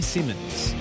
Simmons